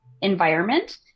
environment